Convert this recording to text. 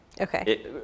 Okay